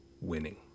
winning